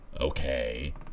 Okay